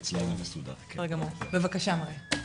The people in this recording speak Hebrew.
בבקשה מריה.